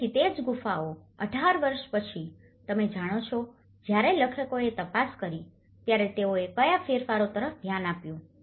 તેથી તે જ ગુફાઓ 18 વર્ષ પછી તમે જાણો છો જ્યારે લેખકોએ તપાસ કરી ત્યારે તેઓએ કયા ફેરફારો તરફ ધ્યાન આપ્યું છે